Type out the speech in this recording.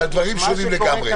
זה על דברים שונים לגמרי.